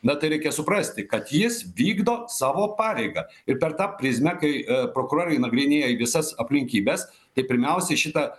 na tai reikia suprasti kad jis vykdo savo pareigą ir per tą prizmę kai prokurorai nagrinėja visas aplinkybes tai pirmiausiai šitą